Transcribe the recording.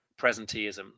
presenteeism